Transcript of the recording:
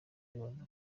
baza